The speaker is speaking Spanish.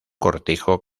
cortijo